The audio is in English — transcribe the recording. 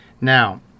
now